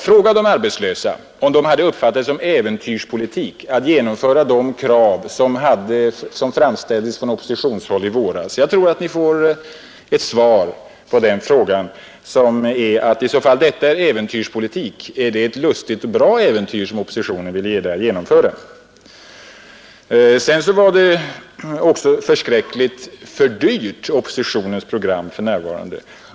Fråga de arbetslösa, om de hade uppfattat det såsom ”äventyrspolitik” att uppfylla de krav som i våras framställdes från oppositionen. Jag tror att Ni på den frågan får svaret, att är detta ”äventyrspolitik”, är det ett lustigt och bra äventyr som oppositionen vill genomföra. Oppositionens program ansågs alldeles för dyrt för närvarande.